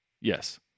Yes